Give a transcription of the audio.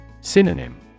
Synonym